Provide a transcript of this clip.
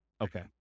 Okay